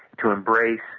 to embrace,